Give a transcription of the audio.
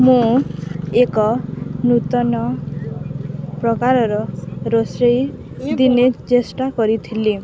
ମୁଁ ଏକ ନୂତନ ପ୍ରକାରର ରୋଷେଇ ଦିନେ ଚେଷ୍ଟା କରିଥିଲି